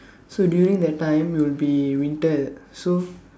so during that time will be winter at so